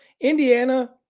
Indiana